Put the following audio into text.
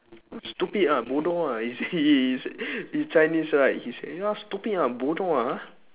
ah stupid lah bodoh ah he's he is he's chinese right he say you ah stupid ah bodoh ah ah